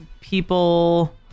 people